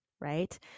right